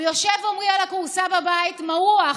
הוא יושב, עומרי, על הכורסה בבית, מרוח.